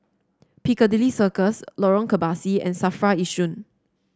Piccadilly Circus Lorong Kebasi and Safra Yishun